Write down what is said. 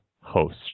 host